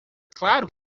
claro